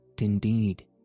indeed